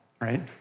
right